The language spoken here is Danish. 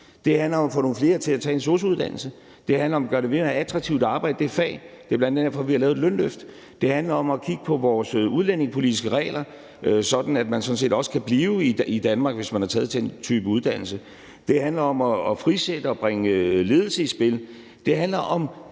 Det handler om at få nogle flere til at tage en sosu-uddannelse. Det handler om at gøre det mere attraktivt at arbejde i det fag. Det er bl.a. derfor, vi har lavet et lønløft. Det handler om at kigge på vores udlændingepolitiske regler, sådan at man sådan set også kan blive i Danmark, hvis man har taget den type uddannelse. Det handler om at frisætte og bringe ledelse i spil. Det handler om